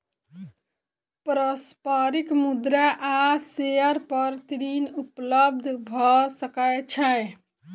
पारस्परिक मुद्रा आ शेयर पर ऋण उपलब्ध भ सकै छै